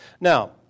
Now